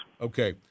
Okay